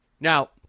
Now